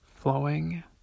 Flowing